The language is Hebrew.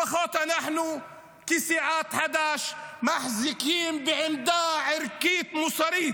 לפחות אנחנו כסיעת חד"ש מחזיקים בעמדה ערכית-מוסרית